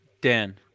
Dan